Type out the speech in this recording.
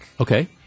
Okay